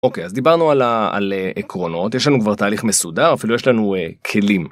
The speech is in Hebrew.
אוקיי, אז דיברנו על עקרונות, יש לנו כבר תהליך מסודר, אפילו יש לנו כלים.